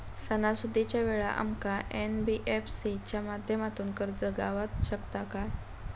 सणासुदीच्या वेळा आमका एन.बी.एफ.सी च्या माध्यमातून कर्ज गावात शकता काय?